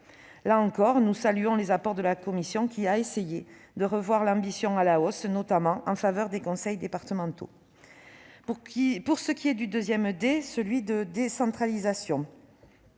Là encore, nous saluons les apports de la commission, qui a essayé de revoir l'ambition à la hausse, notamment en faveur des conseils départementaux. Pour ce qui est du deuxième « D », celui de décentralisation,